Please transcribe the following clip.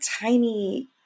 tiny